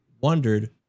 wondered